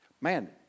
Man